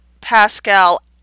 Pascal